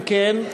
אם כן,